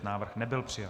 Návrh nebyl přijat.